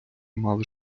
мали